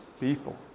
people